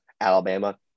Alabama